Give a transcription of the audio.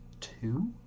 Two